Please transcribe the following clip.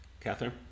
Catherine